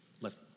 left